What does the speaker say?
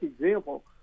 example